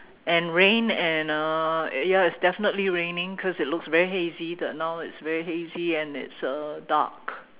and rain and uh ya it's definitely raining cause it looks very hazy the now it's very hazy and it's uh dark